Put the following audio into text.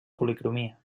policromia